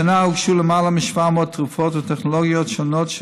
השנה הוגשו למעלה מ-700 תרופות וטכנולוגיות שונות,